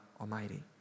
Almighty